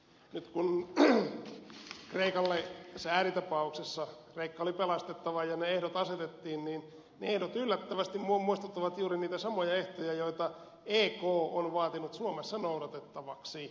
nyt kun tässä ääritapauksessa kreikka oli pelastettava ja ne ehdot asetettiin ne ehdot yllättävästi muistuttavat juuri niitä samoja ehtoja joita ek on vaatinut suomessa noudatettavaksi